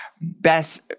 best